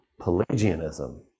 Pelagianism